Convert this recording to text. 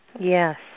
Yes